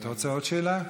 אתה רוצה עוד שאלה קצרה?